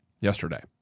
yesterday